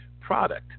product